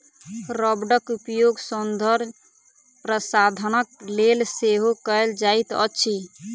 रबड़क उपयोग सौंदर्य प्रशाधनक लेल सेहो कयल जाइत अछि